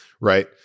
right